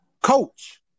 Coach